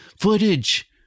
footage